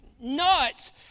nuts